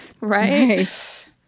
Right